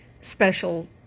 special